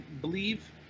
believe